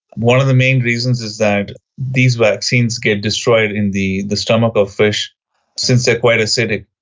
one of the main reasons is that these vaccines get destroyed in the the stomach of fish since they are quite acidic.